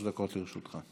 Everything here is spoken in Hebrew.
שלוש דקות לרשותך.